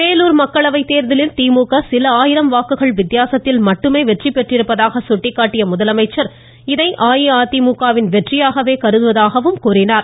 வேலூர் மக்களவைத் தேர்தலில் திமுக சில ஆயிரம் வாக்குகள் வித்தியாசத்தில் மட்டுமே வெற்றி பெற்றிருப்பதாக சுட்டிக்காட்டிய அவர் இதை அஇஅதிமுக வின் வெற்றியாகவே கருதுவதாக கூறினார்